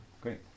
Great